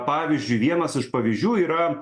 pavyzdžiui vienas iš pavyzdžių yra